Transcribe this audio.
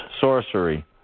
Sorcery